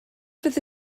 fyddi